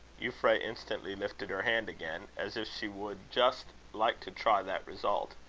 euphra instantly lifted her hand again, as if she would just like to try that result.